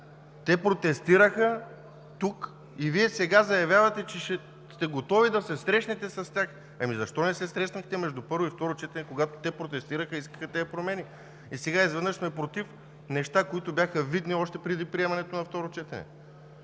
Те протестираха тук и Вие сега заявявате, че сте готови да се срещнете с тях. Защо не се срещнахте между първо и второ четене, когато протестираха и искаха тези промени? Сега изведнъж сме против неща, които бяха видни още преди приемането на второ четене?!